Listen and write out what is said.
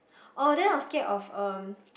oh then I'm scared of um